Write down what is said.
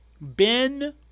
Ben